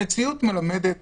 המציאות מלמדת